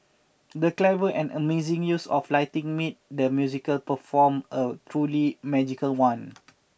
the clever and amazing use of lighting made the musical perform a truly magical one